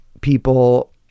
people